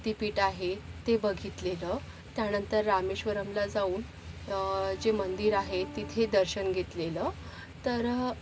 तिपीठ आहे ते बघितलेलं त्यानंतर रामेश्वरमला जाऊन जे मंदिर आहे तिथे दर्शन घेतलेलं तर